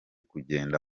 kugenda